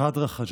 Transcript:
חדרה חג'אג',